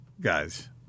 guys